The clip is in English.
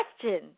question